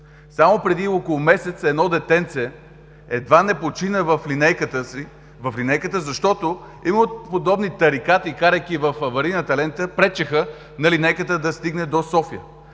Само преди около месец едно детенце едва не почина в линейката, защото именно подобни тарикати, карайки в аварийната лента, пречеха да стигне до София.